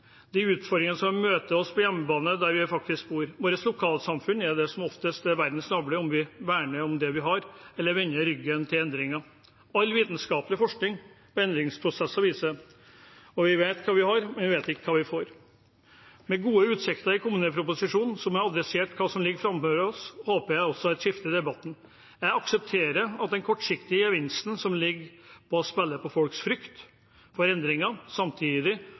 de utfordringene som møter oss på hjemmebane, der vi faktisk bor. Våre lokalsamfunn er det som oftest er verdens navle – om vi verner om det vi har, eller vender ryggen til endringer. All vitenskapelig forskning på endringsprosesser viser at vi vet hva vi har, men ikke hva vi får. Med gode utsikter i kommuneproposisjonen, som har adressert hva som ligger framfor oss, håper jeg også på et skifte i debatten. Jeg aksepterer den kortsiktige gevinsten som ligger i å spille på folks frykt for endringer. Samtidig